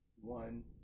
one